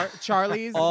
Charlie's